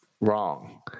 wrong